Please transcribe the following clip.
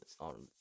on